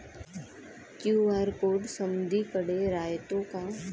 QR code समदीकडे रायतो का?